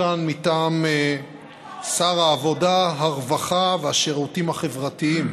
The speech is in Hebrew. מטעם שר העבודה, הרווחה והשירותים החברתיים